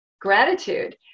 gratitude